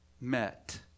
met